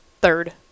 third